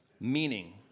meaning